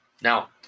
Now